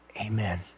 Amen